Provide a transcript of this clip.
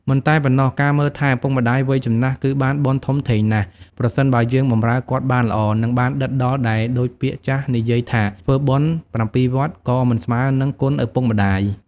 មិនតែប៉ុណ្ណោះការមើលថែឳពុកម្តាយវ័យចំណាស់គឺបានបុណ្យធំធេងណាស់ ប្រសិនបើយើងបម្រើគាត់បានល្អ និងបានដិតដល់ដែលដូចពាក្យចាស់និយាយថាធ្វើបុណ្យប្រាំពីរវត្តក៏មិនស្មើរនឹងគុណឳពុកម្តាយ។